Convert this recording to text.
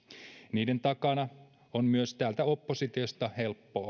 niiden takana on myös täältä oppositiosta helppo